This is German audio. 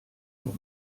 nur